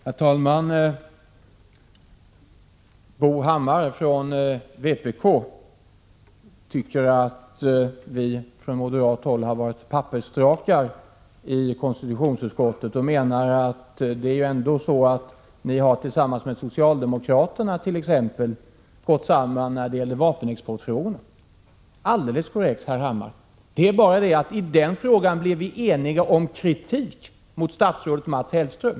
Herr talman! Bo Hammar från vänsterpartiet kommunisterna tycker att vi från moderat håll har varit pappersdrakar i konstitutionsutskottet och menar att vpk ändå har gått samman med socialdemokraterna, t.ex. när det gäller vapenexportfrågorna. Alldeles korrekt, herr Hammar! Det är bara det att i den frågan är vi eniga om kritik mot statsrådet Mats Hellström.